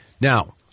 Now